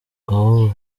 aho